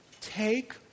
Take